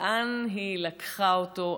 לאן היא לקחה אותו?